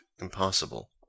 impossible